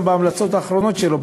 גם בהמלצות האחרונות שלו,